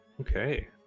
Okay